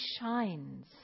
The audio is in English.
shines